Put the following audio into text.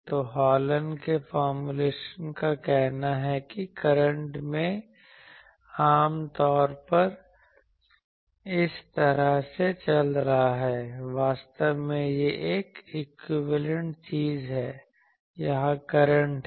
तोहॉलन के फॉर्मूलेशन का कहना है कि करंट में आम तौर पर इस तरह से चल रहा है वास्तव में यह एक इक्विवेलेंट चीज है यहां करंट हैं